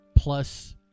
Plus